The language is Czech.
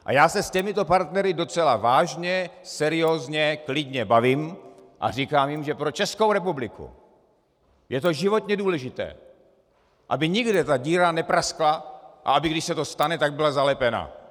A já se s těmito partnery docela vážně, seriózně, klidně bavím a říkám jim, že pro Českou republiku je to životně důležité, aby nikde ta díra nepraskla a aby, když se to stane, tak byla zalepena.